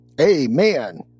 Amen